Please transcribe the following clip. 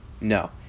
No